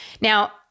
Now